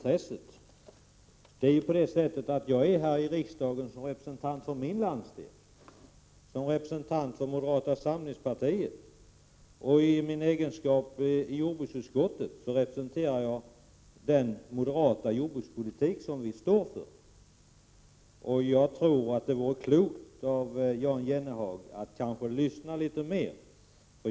Jag är här i riksdagen som representant för min landsdel och som representant för moderata samlingspartiet. I jordbruksutskottet representerar jag den moderata jordbrukspolitik som vi står för. Jag tror att det vore klokt av Jan Jennehag att kanske lyssna litet mer.